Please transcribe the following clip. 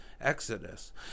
Exodus